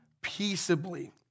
peaceably